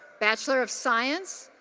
bachelor of science,